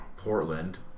Portland